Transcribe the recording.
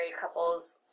couples